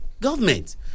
Government